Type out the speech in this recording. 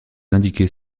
indiquées